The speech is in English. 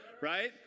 Right